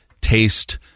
taste